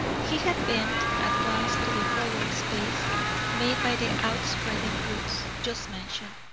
he had bent at once to the hollow space made by the outspreading roots just mentioned,